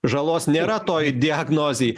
žalos nėra toj diagnozėj